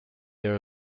air